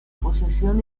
posesión